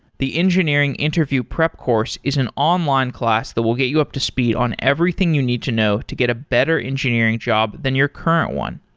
the engineering interview prep course is an online class that will get you up to speed on everything you need to know to get a better engineering job than your current one.